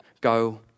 go